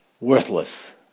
worthless